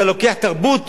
אתה לוקח תרבות